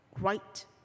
right